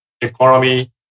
Economy